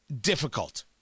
difficult